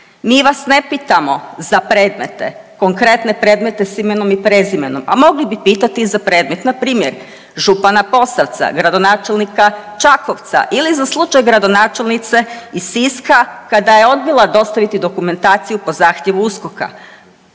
Mi vas ne pitamo za predmete, konkretne predmete s imenom i prezimenom, a mogli bi pitati za predmet, npr. župana Posavca, gradonačelnika Čakovca ili za slučaj gradonačelnice iz Siska kada je odbila dostaviti dokumentaciju po zahtjevu USKOK-a.